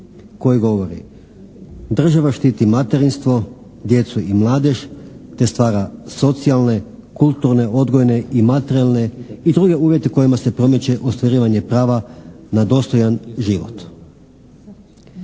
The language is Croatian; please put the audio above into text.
koji govori: "… država štiti materinstvo, djecu i mladež te stvara socijalne, kulturne, odgojne i materijalne i druge uvjete kojima se promiče ostvarivanje prava na dostojan život."